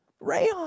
rayon